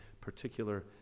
particular